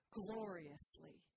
gloriously